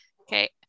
Okay